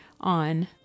on